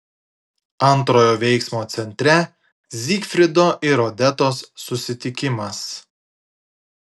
antrojo veiksmo centre zygfrido ir odetos susitikimas